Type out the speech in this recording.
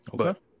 Okay